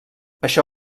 això